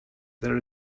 there